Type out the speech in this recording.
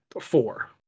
four